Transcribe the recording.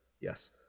yes